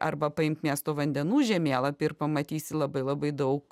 arba paimti miesto vandenų žemėlapį ir pamatysi labai labai daug